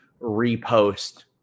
repost